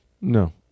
No